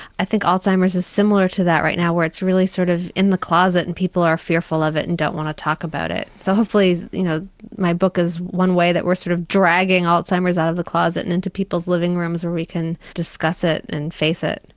i think alzheimer's is similar to that right now, where it's really sort of in the closet and people are fearful of it and don't want to talk about it. so hopefully you know my book is one way that we're sort of dragging alzheimer's out of the closet and into people's living rooms and we can discuss it and face it.